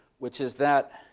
which is that